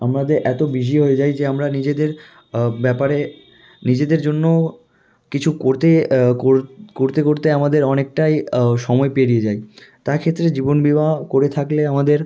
আমাদের এতো বিজি হয়ে যাই যে আমরা নিজেদের ব্যাপারে নিজেদের জন্যও কিছু করতে করতে করতে আমাদের অনেকটাই সময় পেরিয়ে যায় তা ক্ষেত্রে জীবন বিমা করে থাকলে আমাদের